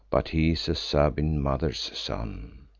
but he's a sabine mother's son,